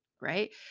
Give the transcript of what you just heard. right